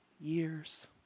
years